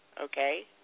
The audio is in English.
Okay